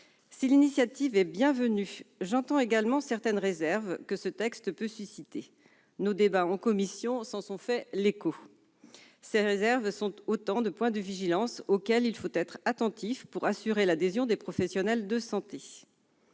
Si l'initiative est bienvenue, j'entends également certaines réserves que ce texte peut susciter ; nos débats en commission s'en sont fait l'écho. Ces réserves sont autant de points de vigilance auxquels il nous faudra être attentifs afin d'emporter l'adhésion des professionnels de santé.